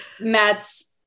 Matt's